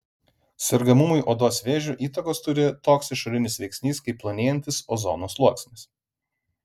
sergamumui odos vėžiu įtakos turi toks išorinis veiksnys kaip plonėjantis ozono sluoksnis